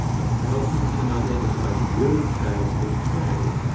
a falcon can identify the urine trails of its prey,